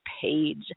page